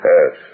Yes